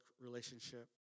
relationship